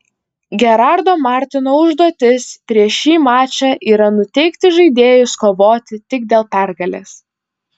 gerardo martino užduotis prieš šį mačą yra nuteikti žaidėjus kovoti tik dėl pergalės